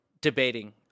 debating